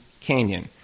Canyon